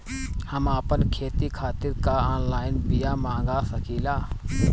हम आपन खेती खातिर का ऑनलाइन बिया मँगा सकिला?